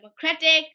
democratic